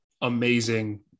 amazing